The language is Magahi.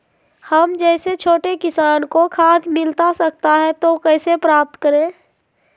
हम जैसे छोटे किसान को खाद मिलता सकता है तो कैसे प्राप्त करें?